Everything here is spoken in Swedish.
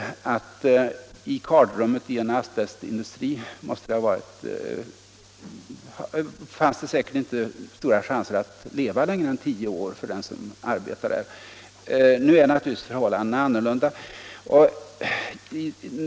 För en arbetare i kardrummet på en asbestindustri fanns det säkerligen inte stora chanser att överleva tio års arbete i den miljön. Nu är naturligtvis förhållandena annorlunda.